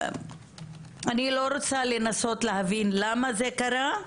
אני לא רוצה לנסות להבין למה זה קרה,